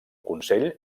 consell